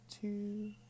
two